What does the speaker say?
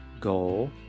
goal